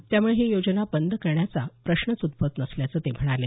त्यामुळे ही योजना बंद करण्याचा प्रश्नच उद्भवत नसल्याचं ते म्हणाले